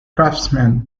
craftsmen